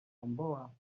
gamboa